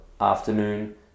afternoon